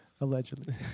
Allegedly